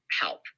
help